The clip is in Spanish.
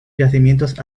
yacimientos